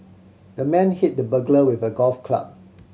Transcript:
the man hit the burglar with a golf club